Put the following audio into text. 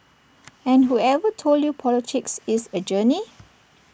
and whoever told you politics is A journey